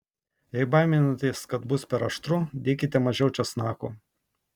jei baiminatės kad bus per aštru dėkite mažiau česnako